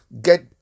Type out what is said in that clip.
get